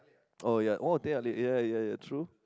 oh ya oh teh halia ya ya ya true